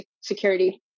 security